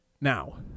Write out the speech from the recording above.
Now